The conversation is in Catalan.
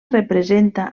representa